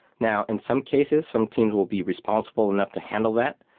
now in some cases, some teams will be responsible enough to handle that.